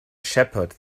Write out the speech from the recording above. shepherd